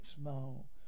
smile